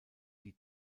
die